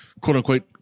quote-unquote